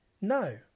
no